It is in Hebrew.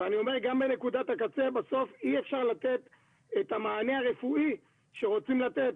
ואני אומר גם בנקודת הקצה בסוף אי אפשר לתת את המענה הרפואי שרוצים לתת,